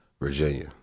Virginia